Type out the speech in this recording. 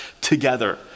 together